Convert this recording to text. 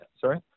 Sorry